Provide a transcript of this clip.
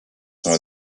sont